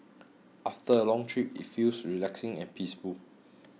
after a long trip it feels relaxing and peaceful